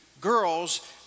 girls